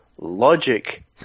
logic